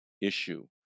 issue